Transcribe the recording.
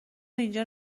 اینجا